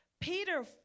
Peter